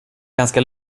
ganska